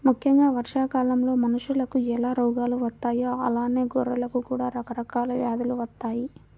ముక్కెంగా వర్షాకాలంలో మనుషులకు ఎలా రోగాలు వత్తాయో అలానే గొర్రెలకు కూడా రకరకాల వ్యాధులు వత్తయ్యి